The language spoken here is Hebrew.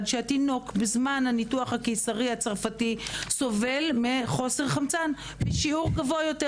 שהתינוק בזמן הניתוח הקיסרי הצרפתי סובל מחוסר חמצן בשיעור גבוה יותר.